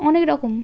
অনেক রকম